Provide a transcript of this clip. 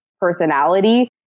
personality